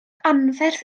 anferth